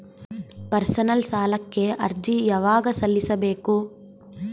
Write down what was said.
Personal ಸಾಲಕ್ಕೆ ಅರ್ಜಿ ಯವಾಗ ಸಲ್ಲಿಸಬೇಕು?